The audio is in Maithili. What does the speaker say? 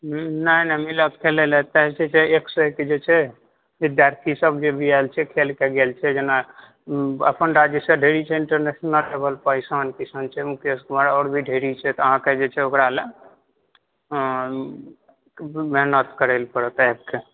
नहि नहि मिलत खेलै लए कियाकि एक से एक जे छै विद्यार्थी सब भी जे भी आयल छै खेल के गेल छै जेना अपन राज्य सॅं ढेरी छै इंटरनेशनल लेवल पर ईशान तिशान छै मुकेश कुमार आओर भी ढेरी छै तऽ अहाँके जे छै ओकरा लए मेहनत करय लए परत आबि कऽ